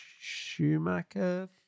Schumacher